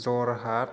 Jorhat